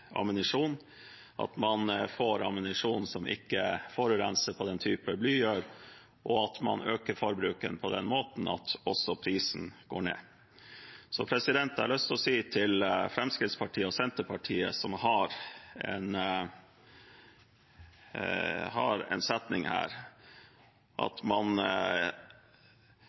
ammunisjon, at man får ammunisjon som ikke forurenser slik bly gjør, og at man øker forbruket på den måten at også prisen går ned. Så jeg har lyst til å si til Fremskrittspartiet og Senterpartiet, som har en setning her om at